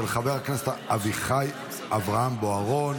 של חבר הכנסת אביחי אברהם בוארון.